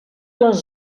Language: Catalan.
les